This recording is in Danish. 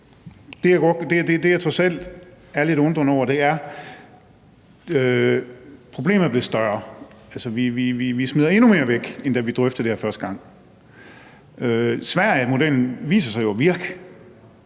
det, jeg trods alt undrer mig lidt over, handler om, at problemet er blevet større, altså, vi smider endnu mere væk, end da vi drøftede det her første gang. Sverigemodellen viser sig jo at virke.